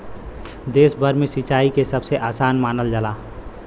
देश भर में सिंचाई के सबसे आसान मानल जाला